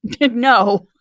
no